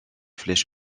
flèche